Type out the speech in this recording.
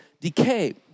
decay